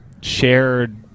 shared